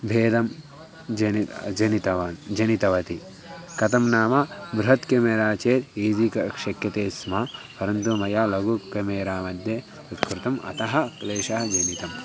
भेदं जनि जनितवान् जनितवती कथं नाम बृहत् केमेरा चेत् ईज़ि कर्तुं शक्यते स्म परन्तु मया लघु केमेरा मध्ये तत्कृतम् अतः क्लेशः जनितम्